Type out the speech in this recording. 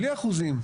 בלי אחוזים.